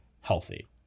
healthy